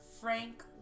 Frank